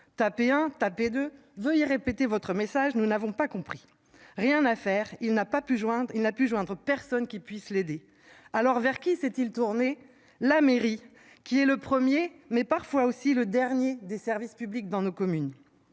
tapez 1 tapez 2 veuillez répéter votre message, nous n'avons pas compris. Rien à faire, il n'a pas pu joindre il n'a pu joindre personne qui puisse l'aider alors vers qui s'est-il tourner la mairie qui est le premier mais parfois aussi le dernier des services publics dans nos communes.